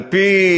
על-פי